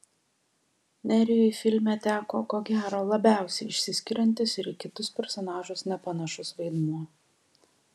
nerijui filme teko ko gero labiausiai išsiskiriantis ir į kitus personažus nepanašus vaidmuo